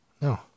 No